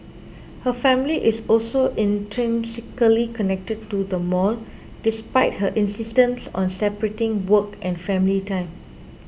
her family is also intrinsically connected to the mall despite her insistence on separating work and family time